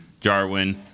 Jarwin